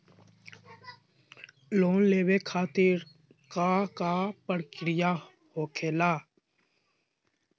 Loan लेवे खातिर का का प्रक्रिया होखेला?